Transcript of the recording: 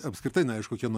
apskritai neaišku kieno